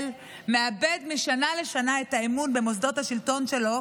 מאבד משנה לשנה את האמון במוסדות השלטון שלו,